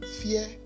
fear